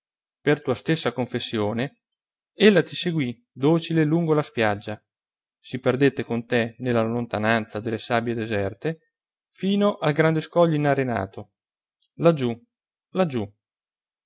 per tua stessa confessione ella ti seguì docile lungo la spiaggia si perdette con te nella lontananza delle sabbie deserte fino al grande scoglio inarenato laggiù laggiù